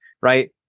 Right